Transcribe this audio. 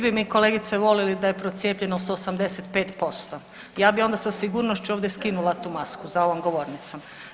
Svi bi mi kolegice voljeli da je procijepljenost 85%, ja bi onda sa sigurnošću ovdje skinula tu masku za ovom govornicom.